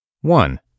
One